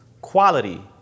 quality